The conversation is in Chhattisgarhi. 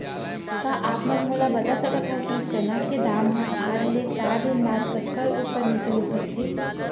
का आप मन मोला बता सकथव कि चना के दाम हा आज ले चार दिन बाद कतका ऊपर नीचे हो सकथे?